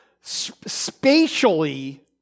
spatially